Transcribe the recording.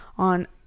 on